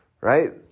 right